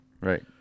Right